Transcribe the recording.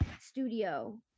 studio